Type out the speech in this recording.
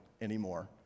anymore